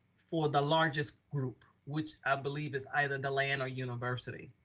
for the largest group, which i believe is either the land or university.